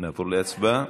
נעבור להצבעה.